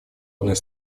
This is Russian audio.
одной